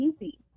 easy